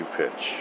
pitch